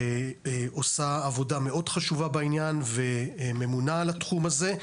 שעושה עבודה מאוד חשובה בעניין וממונה על התחום הזה.